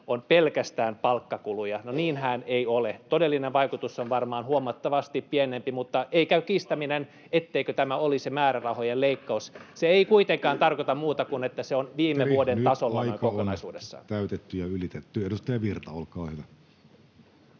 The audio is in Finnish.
on pelkästään palkkakuluja. No, niinhän ei ole. Todellinen vaikutus on varmaan huomattavasti pienempi, mutta ei käy kiistäminen, etteikö tämä olisi määrärahojen leikkaus. Se ei kuitenkaan tarkoita muuta kuin sitä, että se on viime vuoden tasolla kokonaisuudessaan. Ministeri, nyt aika on täytetty ja ylitetty. — Edustaja Virta, olkaa hyvä.